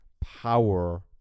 power